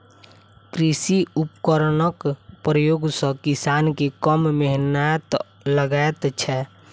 कृषि उपकरणक प्रयोग सॅ किसान के कम मेहनैत लगैत छै